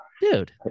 Dude